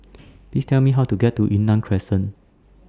Please Tell Me How to get to Yunnan Crescent